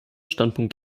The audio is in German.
standpunkt